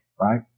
right